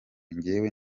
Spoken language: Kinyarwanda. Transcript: njyewe